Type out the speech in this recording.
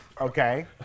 okay